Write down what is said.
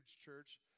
church